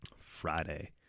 friday